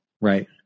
right